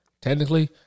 technically